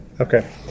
Okay